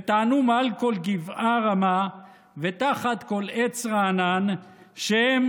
וטענו מעל כל גבעה רמה ותחת כל עץ רענן שהם,